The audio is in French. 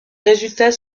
résultats